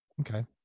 okay